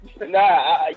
Nah